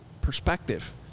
perspective